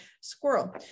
squirrel